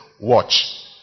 Watch